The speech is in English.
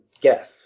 guess